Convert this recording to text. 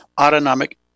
autonomic